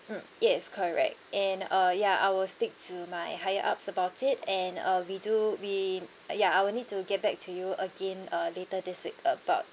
mm yes correct and uh ya I will speak to my higher ups about it and uh we do we uh ya I will need to get back to you again uh later this week about